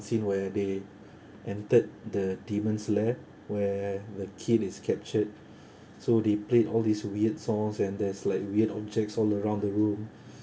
scene where they entered the demons lab where the kid is captured so they played all these weird songs and there's like weird objects all around the room